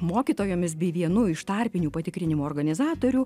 mokytojomis bei vienu iš tarpinių patikrinimų organizatorių